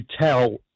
tell